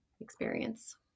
experience